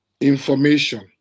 information